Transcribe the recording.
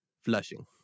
Flushing